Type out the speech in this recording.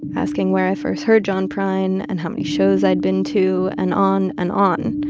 asking where i first heard john prine and how many shows i'd been to and on and on.